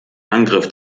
angriff